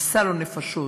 עשה לו נפשות,